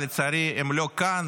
אבל לצערי הם לא כאן.